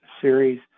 Series